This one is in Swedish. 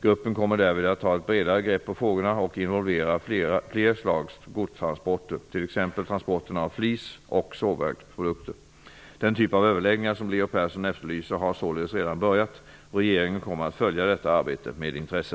Gruppen kommer därvid att ta ett bredare grepp på frågorna och involvera fler slags godstransporter, t.ex. transporterna av flis och sågverksprodukter. Den typ av överläggningar som Leo Persson efterlyser har således redan börjat. Regeringen kommer att följa detta arbete med intresse.